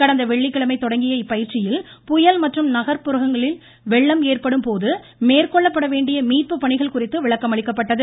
கடந்த வெள்ளிக்கிழமை தொடங்கிய இப்பயிற்சியில் புயல் மற்றும் நகர்ப்புறங்களில் வெள்ளம் ஏற்படும் போது மேற்கொள்ளப்பட வேண்டிய மீட்பு பணிகள் குறித்து விளக்கமளிக்கப்பட்டது